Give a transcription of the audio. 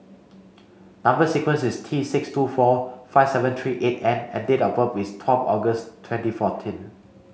number sequence is T six two four five seven three eight N and date of birth is twelve August twenty fourteen